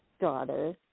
daughter